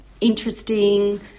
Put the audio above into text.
interesting